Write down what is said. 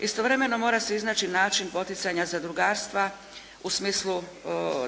Istovremeno, mora se iznaći način poticanja zadrugarstva u smislu